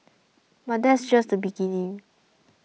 but that's just the beginning